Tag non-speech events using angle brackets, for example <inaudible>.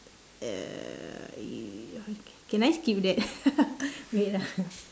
uh can I skip that <laughs> wait ah